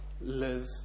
live